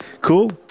Cool